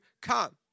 come